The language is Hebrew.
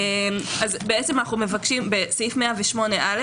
לכן המטרות של סעיף 108א